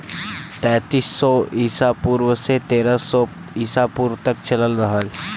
तैंतीस सौ ईसा पूर्व से तेरह सौ ईसा पूर्व तक चलल रहल